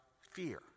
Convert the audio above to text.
fear